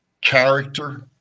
character